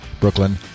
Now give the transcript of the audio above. Brooklyn